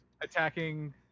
attacking